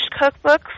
cookbooks